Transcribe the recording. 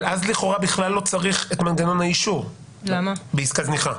אבל אז לכאורה בכלל לא צריך את מנגנון האישור בעסקה זניחה.